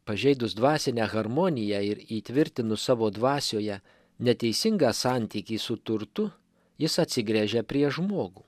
pažeidus dvasinę harmoniją ir įtvirtinus savo dvasioje neteisingą santykį su turtu jis atsigręžia prieš žmogų